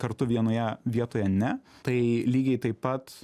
kartu vienoje vietoje ne tai lygiai taip pat